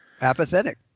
apathetic